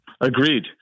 Agreed